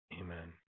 amen